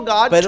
God